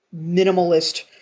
minimalist